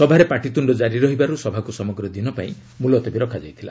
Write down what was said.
ସଭାରେ ପାଟିତ୍ରୁଣ୍ଡ ଜାରି ରହିବାରୁ ସଭାକୁ ସମଗ୍ର ଦିନ ପାଇଁ ମୁଲତବି ରଖାଯାଇଥିଲା